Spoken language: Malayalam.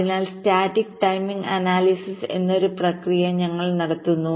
അതിനാൽ സ്റ്റാറ്റിക് ടൈമിംഗ് അനാലിസിസ്എന്നൊരു പ്രക്രിയ ഞങ്ങൾ നടത്തുന്നു